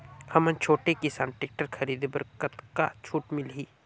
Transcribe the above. हमन छोटे किसान टेक्टर खरीदे बर कतका छूट मिलही?